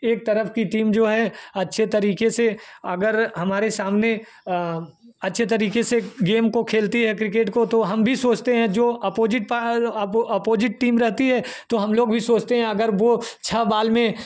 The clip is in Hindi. एक तरफ़ की टीम जो है अच्छी तरीके से अगर हमारे सामने अच्छी तरीके से गेम को खेलती है क्रिकेट को तो हम भी सोचते हैं जो opposite part oppo oppo opposite team रहती है तो हम लोग भी सोचते अगर वह छः बॉल में